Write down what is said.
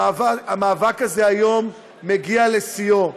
המאבק הזה היום מגיע לשיאו.